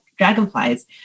dragonflies